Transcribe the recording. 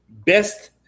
best